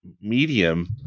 medium